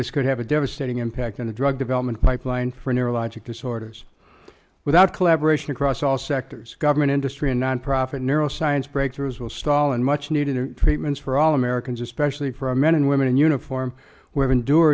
this could have a devastating impact on the drug development pipeline for neurologic disorders without collaboration across all sectors government industry and nonprofit neuroscience breakthroughs will stall and much needed treatments for all americans especially for men and women in uniform women do